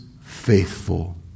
faithful